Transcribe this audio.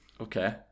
Okay